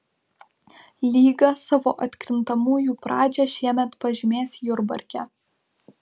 lyga savo atkrintamųjų pradžią šiemet pažymės jurbarke